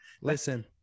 listen